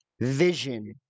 vision